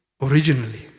originally